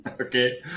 Okay